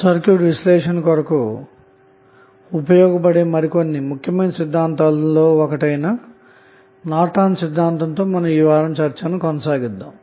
circuit విశ్లేషణ కొరకు ఉపయోగపడే మరి కొన్ని ముఖ్యమైన సిద్ధాంతాలలో ఒకటైన నార్టన్ సిద్ధాంతంతో ఈ వారం చర్చను కొనసాగిద్దాము